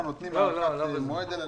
דיברנו בהארכת מועדים של שירות התעסוקה.